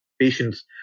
patients